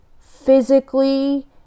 physically